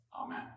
Amen